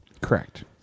Correct